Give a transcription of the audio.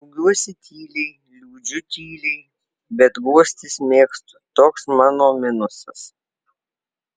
džiaugiuosi tyliai liūdžiu tyliai bet guostis mėgstu toks mano minusas